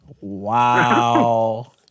Wow